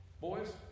Boys